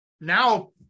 now